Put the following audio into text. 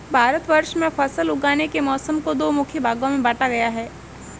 भारतवर्ष में फसल उगाने के मौसम को दो मुख्य भागों में बांटा गया है